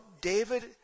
David